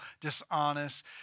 dishonest